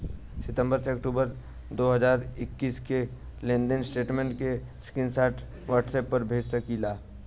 सितंबर से अक्टूबर दो हज़ार इक्कीस के लेनदेन स्टेटमेंट के स्क्रीनशाट व्हाट्सएप पर भेज सकीला?